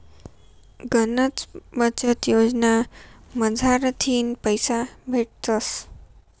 गनच बचत योजना मझारथीन पैसा भेटतस